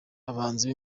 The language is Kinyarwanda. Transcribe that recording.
abahanzi